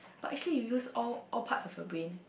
but actually you use all all parts of your brain